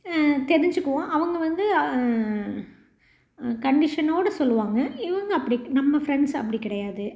தெரிஞ்சுக்குவோம் அவங்க வந்து கண்டிஷனோடு சொல்வாங்க இவங்க அப்படி நம்ம ஃப்ரெண்ட்ஸ் அப்படி கிடையாது